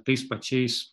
tais pačiais